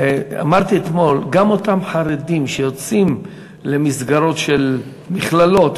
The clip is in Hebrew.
אמרתי אתמול: גם אותם חרדים שיוצאים למסגרות של מכללות,